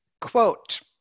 Quote